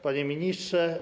Panie Ministrze!